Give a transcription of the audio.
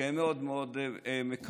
והם מאוד מאוד מקווים,